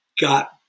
got